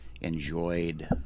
enjoyed